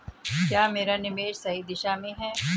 क्या मेरा निवेश सही दिशा में है?